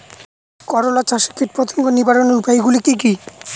করলা চাষে কীটপতঙ্গ নিবারণের উপায়গুলি কি কী?